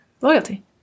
loyalty